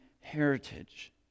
heritage